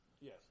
Yes